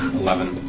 eleven.